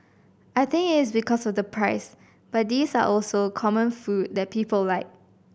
I think it is because of the price but these are also common food that people like